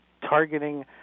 targeting